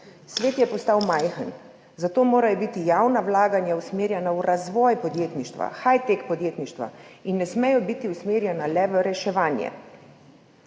Svet je postal majhen, zato morajo biti javna vlaganja usmerjena v razvoj podjetništva, high-tech podjetništva in ne smejo biti usmerjena le v reševanje.